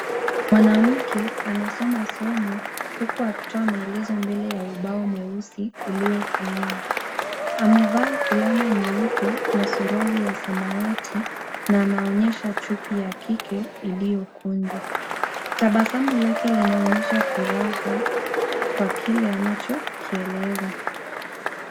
Mwanamke anasoma somo huku akitoa maelezo mbele ya umbao mweusi uliotumiwa. Amevaa fulana nyeupe na suruali ya samawati na anaonyesha chupi ya kike iliyokunjwa. Tabasamu yake inaonyesha furaha kwa kila anachokieleza.